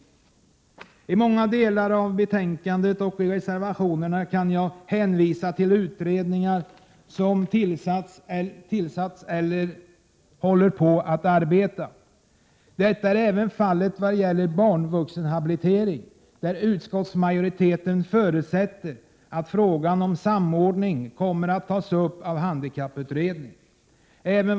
R Beträffande många av de frågor som tas upp i betänkandet och i reservationerna kan jag hänvisa till utredningar som tillsatts eller som håller på att arbeta. Detta gäller även barnoch vuxenhabilitering. Utskottsmajoriteten förutsätter att frågan om samordning kommer att tas upp av handikapp utredningen.